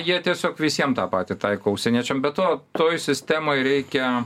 jie tiesiog visiem tą patį taiko užsieniečiam be to toj sistemoj reikia